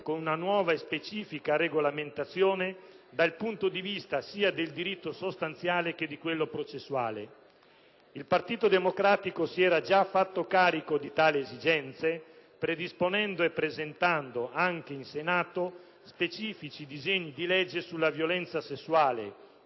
con una nuova e specifica regolamentazione dal punto di vista sia del diritto sostanziale che di quello processuale. Il Partito Democratico si era già fatto carico di tali esigenze predisponendo e presentando, anche in Senato, specifici disegni di legge sulla violenza sessuale